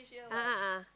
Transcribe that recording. a'ah ah